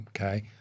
okay